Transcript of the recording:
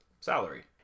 salary